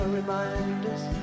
reminders